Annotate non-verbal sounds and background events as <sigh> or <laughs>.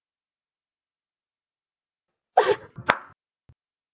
<laughs>